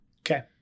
okay